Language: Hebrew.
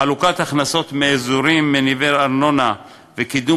חלוקת הכנסות מאזורים מניבים ארנונה וקידום